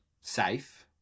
safe